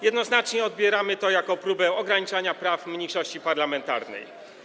Jednoznacznie odbieramy to jako próbę ograniczania praw mniejszości parlamentarnej.